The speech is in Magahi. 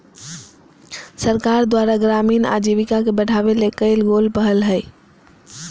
सरकार द्वारा ग्रामीण आजीविका के बढ़ावा ले कइल गेल पहल हइ